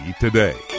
Today